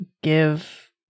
give